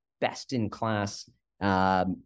best-in-class